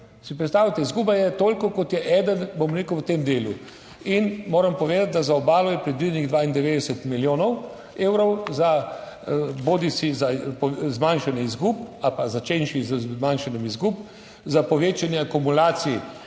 izguba je toliko kot je eden, bom rekel. V tem delu in moram povedati, da za obalo je predvidenih 92 milijonov evrov za bodisi za zmanjšanje izgub ali pa začenši z zmanjšanjem izgub za povečanje akumulacij,